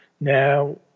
Now